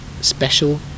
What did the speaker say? special